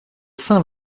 saint